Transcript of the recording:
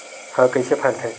ह कइसे फैलथे?